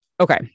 Okay